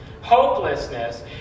hopelessness